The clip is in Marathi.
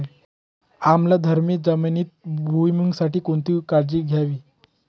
आम्लधर्मी जमिनीत भुईमूगासाठी कोणती काळजी घ्यावी?